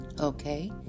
Okay